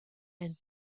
and